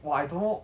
!wah! I don't know